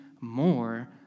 more